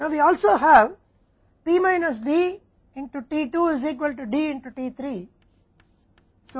अब हमारे पास T 2 में P माइनस D भी है जो T 3 में D के बराबर है